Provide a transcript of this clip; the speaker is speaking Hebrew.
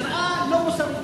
נראה לא מוסרי.